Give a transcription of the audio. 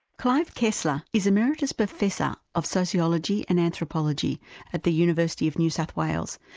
clive kessler is emeritus professor of sociology and anthropology at the university of new south wales,